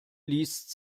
liest